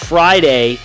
Friday